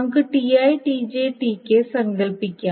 നമുക്ക് Ti Tj Tk സങ്കൽപ്പിക്കാം